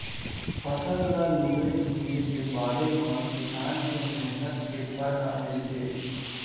फसल ल लूए, मिंजे के बादे म किसान के मेहनत के फर ह मिलथे